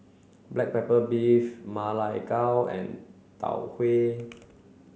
black pepper beef Ma Lai Gao and Tau Huay